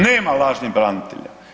Nema lažnih branitelja.